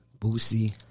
Boosie